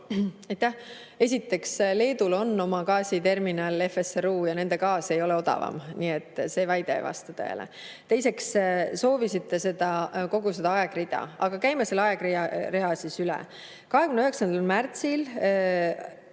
Esiteks, Leedul on oma gaasiterminal, FSRU, ja nende gaas ei ole odavam. Nii et see väide ei vasta tõele. Teiseks, te soovisite kogu seda aegrida. Aga käime selle aegrea siis üle. 29. märtsil